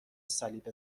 صلیب